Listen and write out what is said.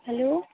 hello